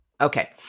Okay